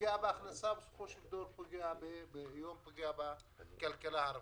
פוגע בהכנסה ובסופו של דבר פוגע בכלכלה הערבית.